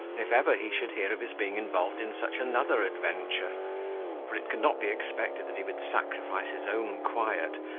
if ever he should hear of his being involved in such another adventure for it could not be expected that he would sacrifice his own quiet,